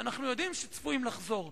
אנחנו יודעים שצפויים לחזור,